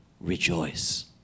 rejoice